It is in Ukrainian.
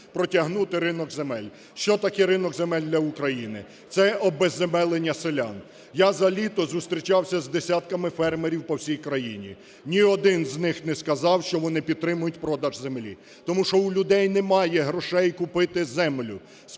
протягнути ринок земель. Що таке ринок земель для України? Це обезземелення селян. Я за літо зустрічався з десятками фермерів по всій країні. Ні один з них не сказав, що вони підтримують продаж землі, тому що у людей немає грошей купити землю.